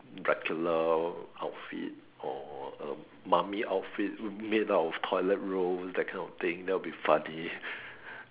Dracula outfit or a mummy outfit made up of toilet rolls that kind of thing that would be funny